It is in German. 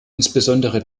insbesondere